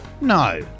No